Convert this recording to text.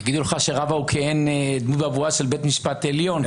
יגידו לך שרבא הוא כעין דמות בבואה של בית משפט עליון.